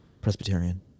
presbyterian